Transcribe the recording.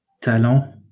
talent